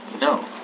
No